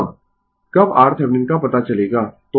अब कब RThevenin का पता चलेगा